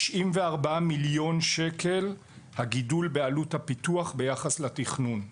94 מיליון שקל הגידול בעלות הפיתוח ביחס לתכנון.